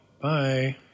Bye